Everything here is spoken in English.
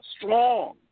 strong